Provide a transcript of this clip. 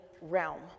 realm